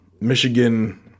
Michigan